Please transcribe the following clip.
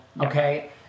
okay